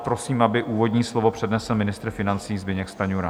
Prosím, aby úvodní slovo přednesl ministr financí Zbyněk Stanjura.